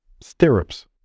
Stirrups